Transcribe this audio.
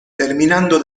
terminando